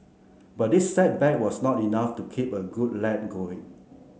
but this setback was not enough to keep a good lad going